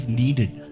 needed